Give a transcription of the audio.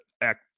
Act